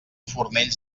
fornells